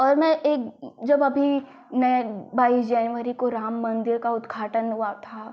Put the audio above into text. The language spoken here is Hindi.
और मैं एक जब अभी नए बाइस जनवरी को राम मन्दिर का उद्घाटन हुआ था